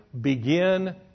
begin